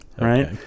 right